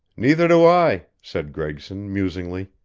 neither do i, said gregson musingly.